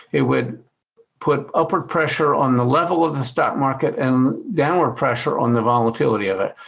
it would put upward pressure on the level of the stock market and downward pressure on the volatility of it.